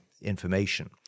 information